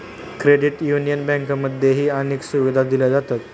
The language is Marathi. क्रेडिट युनियन बँकांमध्येही अनेक सुविधा दिल्या जातात